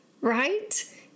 right